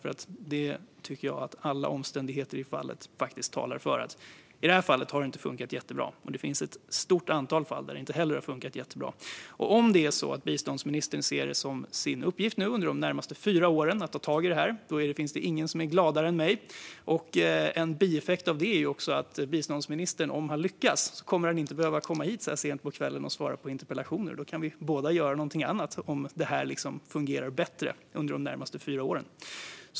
Jag tycker att alla omständigheter talar för att det inte har funkat jättebra i detta fall, och det finns ett stort antal fall där det inte heller har funkat jättebra. Om biståndsministern ser det som sin uppgift under de närmaste fyra åren att ta tag i detta finns det ingen som är gladare än jag. En bieffekt om biståndsministern lyckas är att han inte kommer att behöva komma hit så här sent på kvällen och svara på interpellationer. Vi kan båda göra någonting annat om detta fungerar bättre under de närmaste fyra åren.